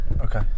Okay